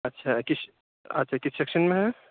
اچھا کس اچھا کس سیکشن میں ہیں